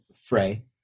Frey